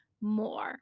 more